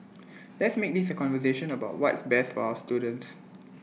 let's make this A conversation about what's best for our students